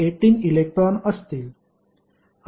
241018 electron असतील